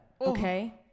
okay